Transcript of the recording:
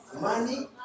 money